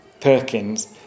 Perkins